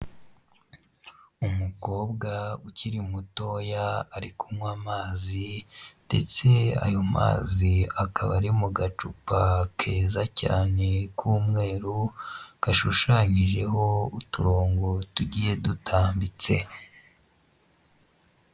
Umukobwa ukiri mutoya ari kunywa amazi ndetse ayo mazi akaba ari mu gacupa keza cyane k'umweru gashushanyijeho uturongo tugiye dutambitse.